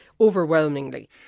overwhelmingly